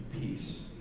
peace